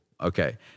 Okay